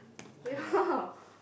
yeah